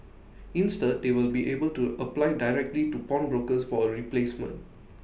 instead they will be able to apply directly to pawnbrokers for A replacement